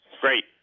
Great